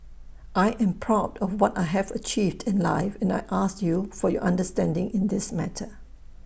I am proud of what I have achieved in life and I ask you for your understanding in this matter